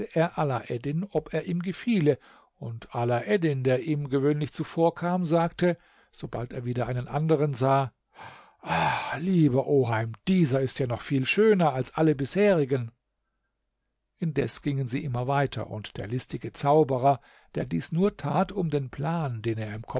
alaeddin ob er ihm gefiele und alaeddin der ihm gewöhnlich zuvorkam sagte sobald er wieder einen anderen sah ach lieber oheim dieser ist noch viel schöner als alle bisherigen indes gingen sie immer weiter und der listige zauberer der dies nur tat um den plan den er